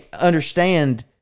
understand